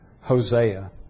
Hosea